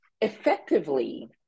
effectively